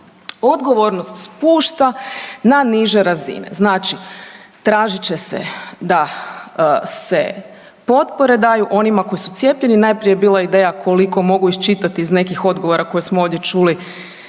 odgovor se spušta na niže razine. Znači, tražit će se da se potpore daju onima koji su cijepljeni, najprije je bila ideja koliko mogu iščitati iz nekih odgovora koje smo ovdje čuli